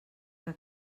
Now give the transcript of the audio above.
que